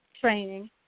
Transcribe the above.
training